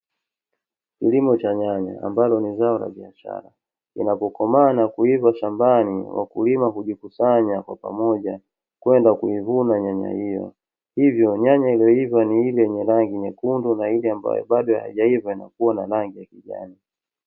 Kilimo cha nyanya ambalo ni zao la biashara, inapokomaa na kuiva shambani wakulima hujikusanya kwa pamoja kwenda kuivuna nyanya hiyo, hivyo nyanya iliyo iva ni ile yenye rangi nyekundu na ile ambayo bado haijaiva inakua na rangi ya kijani.